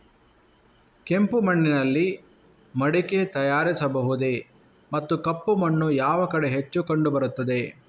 ಕೆಂಪು ಮಣ್ಣಿನಲ್ಲಿ ಮಡಿಕೆ ತಯಾರಿಸಬಹುದೇ ಮತ್ತು ಕಪ್ಪು ಮಣ್ಣು ಯಾವ ಕಡೆ ಹೆಚ್ಚು ಕಂಡುಬರುತ್ತದೆ?